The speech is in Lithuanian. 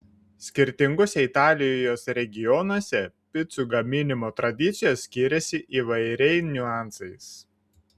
skirtinguose italijos regionuose picų gaminimo tradicijos skiriasi įvairiai niuansais